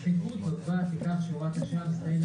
הדחיפות נובעת מכך שהוראת השעה מסתיימת